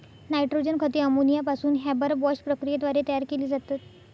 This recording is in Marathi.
नायट्रोजन खते अमोनिया पासून हॅबरबॉश प्रक्रियेद्वारे तयार केली जातात